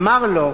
אמר לו: